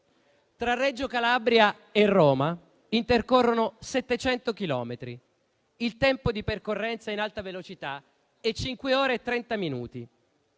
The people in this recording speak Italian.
Tra Reggio Calabria e Roma intercorrono 700 chilometri e il tempo di percorrenza in alta velocità è di cinque